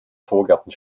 vorgärten